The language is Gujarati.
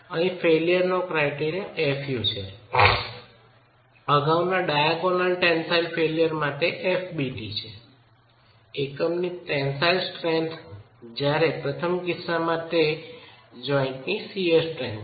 અહીં ફેઇલ્યરનો ક્રાઈટેરિયા fu છે અગાઉના ડાયાગોનલત્રાંસા ટેન્સાઇલ ફેઇલ્યર માં તે fbt છે એકમની ટેન્સાઇલ સ્ટ્રેન્થ જ્યારે પ્રથમ કિસ્સામાં તે જોઈન્ટ ની શીઅર સ્ટ્રેન્થ છે